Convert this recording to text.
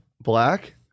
Black